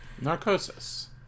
Narcosis